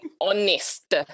honest